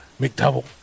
McDouble